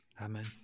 Amen